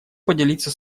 поделиться